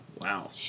Wow